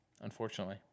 unfortunately